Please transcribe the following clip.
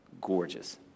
gorgeous